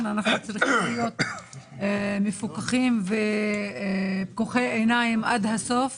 אנחנו צריכים להיות מפוקחים ופקוחי עיניים עד הסוף